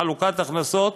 ועדת ירושלים